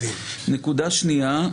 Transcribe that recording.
נקודה שנייה.